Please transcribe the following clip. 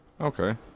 Okay